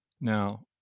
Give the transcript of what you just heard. now